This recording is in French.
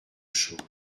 chose